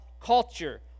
culture